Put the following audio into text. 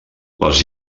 les